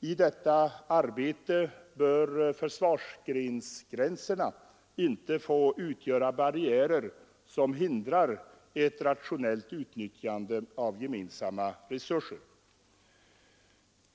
I detta arbete bör försvarsgrensgränserna inte få utgöra barriärer som hindrar ett rationellt utnyttjande av gemensamma resurser.